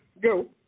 go